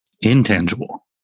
intangible